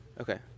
okay